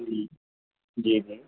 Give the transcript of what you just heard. ਜੀ ਜੀ ਜੀ